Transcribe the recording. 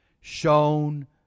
shown